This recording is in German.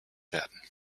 werden